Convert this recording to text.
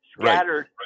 scattered